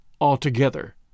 altogether